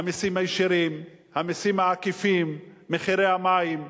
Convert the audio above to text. המסים הישירים, המסים העקיפים, מחירי המים,